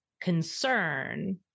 concern